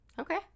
Okay